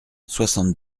soixante